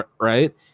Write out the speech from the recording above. Right